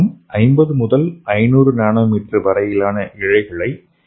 50 முதல் 500 nanometre வரையிலான இழைகளை எளிதில் உருவாக்க முடியும்